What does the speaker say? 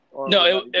No